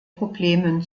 problemen